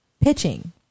pitching